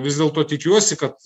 vis dėlto tikiuosi kad